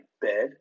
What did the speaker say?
bed